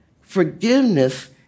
forgiveness